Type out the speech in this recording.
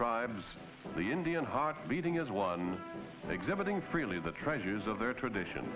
tribes the indian heart beating is one exhibiting freely the treasures of their tradition